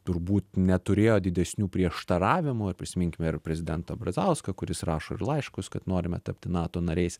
turbūt neturėjo didesnių prieštaravimų ar prisiminkime ir prezidentą brazauską kuris rašo ir laiškus kad norime tapti nato nariais